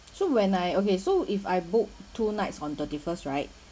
so when I okay so if I booked two nights on thirty-first right